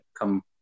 come